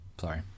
Sorry